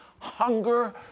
hunger